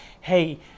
hey